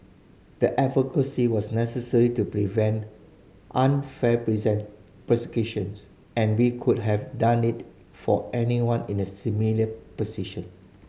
the advocacy was necessary to prevent unfair present persecutions and we could have done it for anyone in a similar position